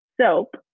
soap